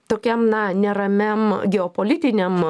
tokiam na neramiam geopolitiniam